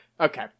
okay